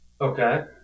Okay